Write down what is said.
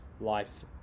life